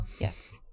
yes